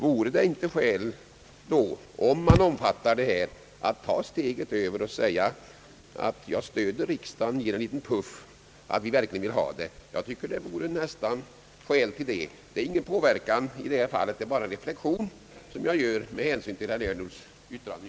Vore det då inte skäl, om man accepterar att något görs, att ta steget över till att låta riksdagen ge regeringen en liten puff för att något skall ske. Detta är bara en reflexion som jag gör med hänsyn till herr Ernulfs yttrande.